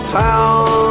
town